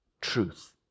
truth